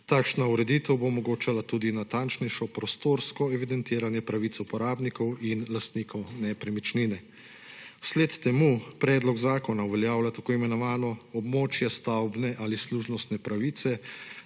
Takšna ureditev bo omogočala tudi natančnejšo prostorsko evidentiranje pravic uporabnikov in lastnikov nepremičnine. Zato predlog zakona uveljavlja tako imenovano območje stavbne ali služnostne pravice,